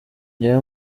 jyewe